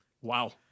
Wow